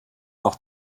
noch